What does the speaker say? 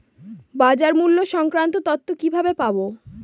বাজার মূল্য সংক্রান্ত তথ্য কিভাবে পাবো?